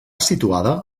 situada